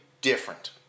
different